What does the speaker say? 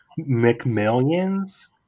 McMillions